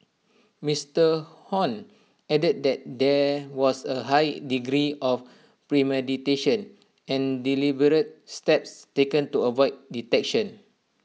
Mister Hon added that there was A high degree of premeditation and deliberate steps taken to avoid detection